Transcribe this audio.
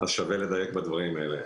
אז שווה לדייק בדברים האלה.